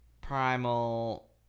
Primal